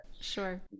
Sure